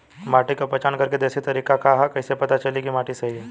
माटी क पहचान करके देशी तरीका का ह कईसे पता चली कि माटी सही ह?